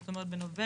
זאת אומרת בנובמבר.